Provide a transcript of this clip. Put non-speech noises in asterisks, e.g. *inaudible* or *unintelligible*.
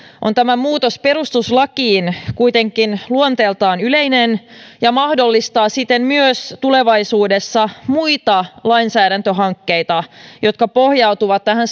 on tämä muutos perustuslakiin kuitenkin luonteeltaan yleinen ja mahdollistaa siten myös tulevaisuudessa muita lainsäädäntöhankkeita jotka pohjautuvat tähän *unintelligible*